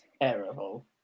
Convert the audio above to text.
terrible